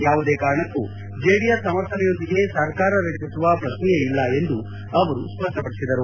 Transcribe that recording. ಯಾವುದೇ ಕಾರಣಕ್ಕೂ ಜೆಡಿಎಸ್ ಸಮರ್ಥನೆಯೊಂದಿಗೆ ಸರ್ಕಾರ ರಚಿಸುವ ಪ್ರಕ್ನೆಯೇ ಇಲ್ಲ ಎಂದು ಅವರು ಸ್ಪಷ್ಟಪಡಿಸಿದರು